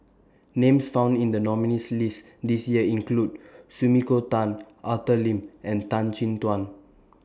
Names found in The nominees' list This Year include Sumiko Tan Arthur Lim and Tan Chin Tuan